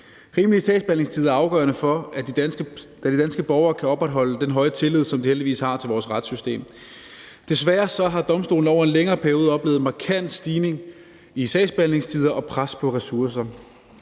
Rimelige sagsbehandlingstider er afgørende for, at de danske borgere kan opretholde den høje tillid, som de heldigvis har til vores retssystem. Desværre har domstolene over en længere periode oplevet en markant stigning i sagsbehandlingstider og pres på ressourcer.